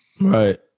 right